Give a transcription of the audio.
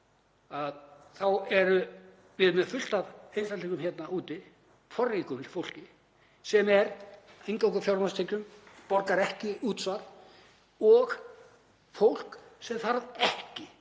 þá erum við með fullt af einstaklingum hérna úti, forríku fólki sem lifir eingöngu á fjármagnstekjum, borgar ekki útsvar og fólki sem þarf ekki